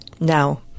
Now